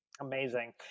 Amazing